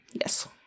Yes